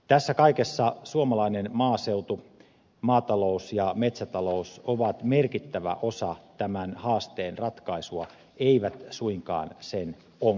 tässä kaikessa suomalainen maaseutu maatalous ja metsätalous ovat merkittävä osa tämän haasteen ratkaisua eivät suinkaan sen ongelma